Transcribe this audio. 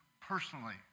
personally